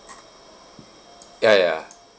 ya ya